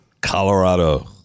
Colorado